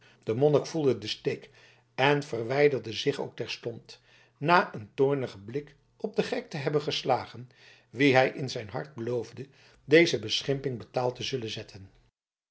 de monnik voelde den steek en verwijderde zich ook terstond na een toornigen blik op den gek te hebben geslagen wien hij in zijn hart beloofde deze beschimping betaald te zullen zetten